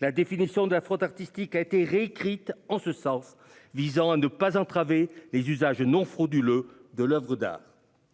La définition de la fraude artistique a été réécrite en ce sens, afin de ne pas entraver les usages non frauduleux de l'oeuvre d'art.